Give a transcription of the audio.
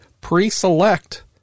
pre-select